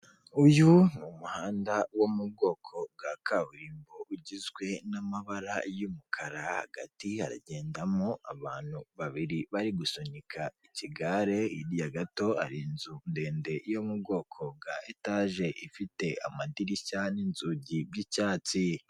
Uyu muhanda wo mu bwoko bwa kaburimbo ugizwe n'amabara y'umukara hagati hagendamo abantu babiri bari gusunika ikigare hirya gato hari inzu ndende yo mu bwoko bwa etaje ifite amadirishya n'inzugi byicyatsi.